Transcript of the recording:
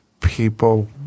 people